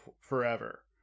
forever